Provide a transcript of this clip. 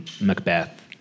Macbeth